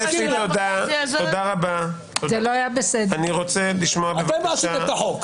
אני רוצה לשמוע בבקשה,